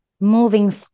moving